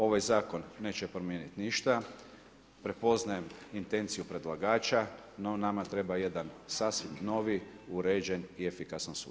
Ovaj zakon neće promijeniti ništa, prepoznajem intenciju predlagača no nama treba jedan sasvim novi, uređen i efikasan sustav.